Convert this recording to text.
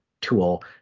tool